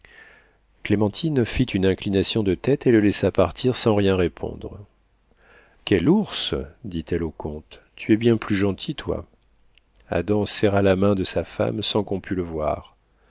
clémentine fit une inclination de tête et le laissa partir sans rien répondre quel ours dit-elle au comte tu es bien plus gentil toi adam serra la main de sa femme sans qu'on pût le voir